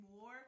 more